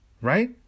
Right